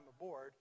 aboard